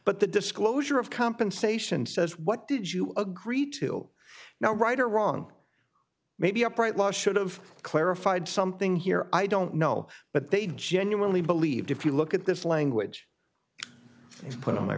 but the disclosure of compensation says what did you agree to now right or wrong maybe upright law should have clarified something here i don't know but they genuinely believed if you look at this language put on my